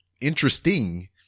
interesting